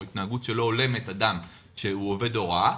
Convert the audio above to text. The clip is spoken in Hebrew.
או התנהגות שלא הולמת אדם שהוא עובד הוראה,